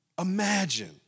Imagine